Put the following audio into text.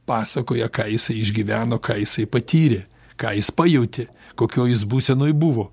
pasakoja ką jisai išgyveno ką jisai patyrė ką jis pajautė kokioj jis būsenoj buvo